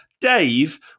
Dave